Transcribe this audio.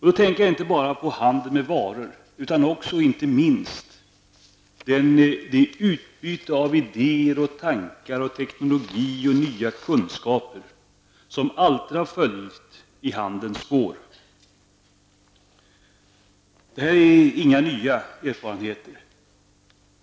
Jag tänker då inte bara på handeln med varor utan också och inte minst på det utbyte av idéer, tankar, teknologier och nya kunskaper som alltid har följt i handelns spår. Detta är inga nya erfarenheter.